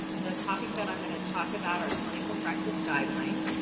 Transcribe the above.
the topic that i'm gonna talk about are clinical practice guidelines,